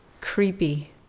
creepy